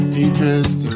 deepest